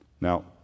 Now